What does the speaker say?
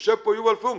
יושב פה יובל פונק.